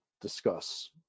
discuss